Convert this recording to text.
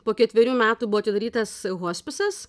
po ketverių metų buvo atidarytas hospisas